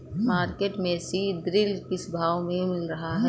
Market में सीद्रिल किस भाव में मिल रहा है?